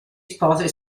sposi